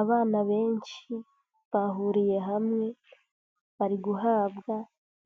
Abana benshi bahuriye hamwe bari guhabwa